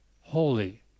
Holy